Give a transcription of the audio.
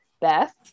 Beth